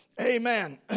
Amen